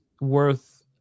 worth –